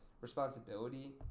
responsibility